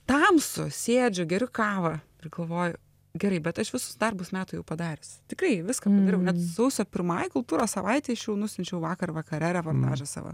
tamsu sėdžiu geriu kavą ir galvoju gerai bet aš visus darbus metų jau padariusi tikrai viską padariau net sausio pirmai kultūros savaitei aš jau nusiunčiau vakar vakare reportažą savo